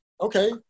okay